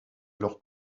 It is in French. alors